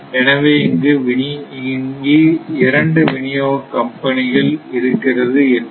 எனவே இங்கு இரண்டு விநியோக கம்பெனிகள் இருக்கிறது என்போம்